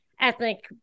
ethnic